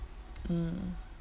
mm